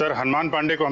hanuman pandey um